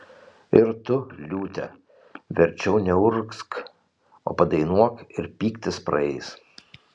ir tu liūte verčiau neurgzk o padainuok ir pyktis praeis